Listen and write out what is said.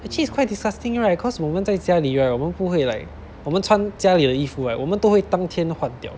actually it's quite disgusting right cause 我们在家里 right 我们不会 like 我们穿家里的衣服 right 我们都会当天换掉